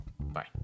Bye